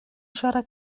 siarad